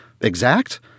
exact